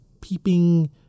peeping